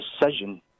decision